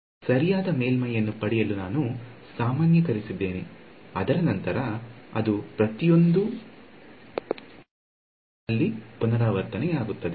ಮತ್ತು ಸರಿಯಾದ ಮೇಲ್ಮೈ ಯನ್ನು ಪಡೆಯಲು ನಾನು ಸಾಮಾನ್ಯೀಕರಿಸಿದ್ದೇನೆ ಅದರ ನಂತರ ಅದು ಪ್ರತಿಯೊಂದು ಅಲ್ಲಿ ಪುನರಾವರ್ತನೆಯಾಗುತ್ತದೆ